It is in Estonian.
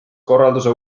korralduse